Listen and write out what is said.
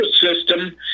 system